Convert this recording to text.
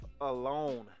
alone